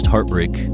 heartbreak